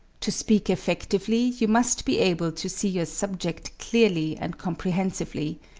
to speak effectively you must be able to see your subject clearly and comprehensively,